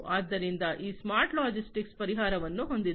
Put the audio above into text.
ಆದ್ದರಿಂದ ಅವರು smart logistics ಪರಿಹಾರಗಳನ್ನು ಹೊಂದಿದೆ